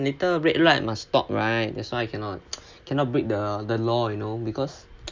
later red light must stop right that's why cannot cannot break the the law you know because